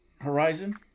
horizon